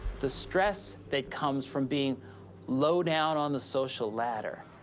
the stress that comes from being low down on the social ladder.